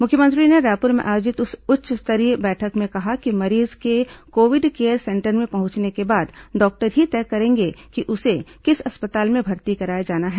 मुख्यमंत्री ने रायपुर में आयोजित उच्च स्तरीय बैठक में कहा कि मरीज के कोविड केयर सेंटर में पहुंचने के बाद डॉक्टर ही तय करेंगे कि उसे किस अस्पताल में भर्ती कराया जाना है